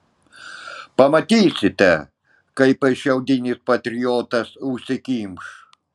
pamatysite kaip šiaudinis patriotas užsikimš